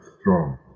strong